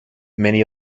many